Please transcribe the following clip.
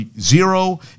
zero